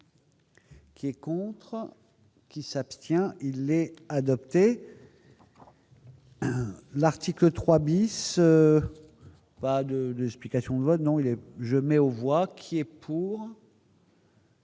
Qui est contre qui s'abstient, il est adopté l'article 3 bis, pas de 2 explications vote non et je mets aux voix qui est pour.